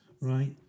right